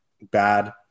bad